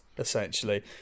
essentially